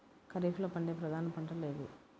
ఖరీఫ్లో పండే ప్రధాన పంటలు ఏవి?